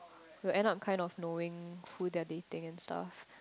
will end up kind of knowing who they are dating and stuff